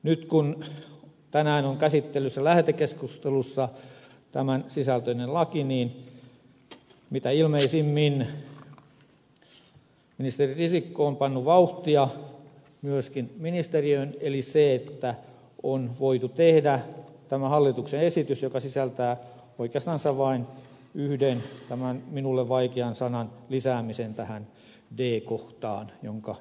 nyt kun tänään on käsittelyssä lähetekeskustelussa tämän sisältöinen laki niin mitä ilmeisimmin ministeri risikko on pannut vauhtia myöskin ministeriöön eli on voitu tehdä tämä hallituksen esitys joka sisältää oikeastaan vain tämän yhden minulle vaikean sanan lisäämisen d kohtaan jonka ed